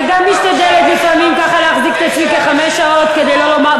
גם אני משתדלת לפעמים ככה להחזיק את עצמי כחמש שעות כדי לא לומר,